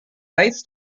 ice